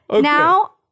Now